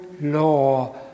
law